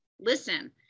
listen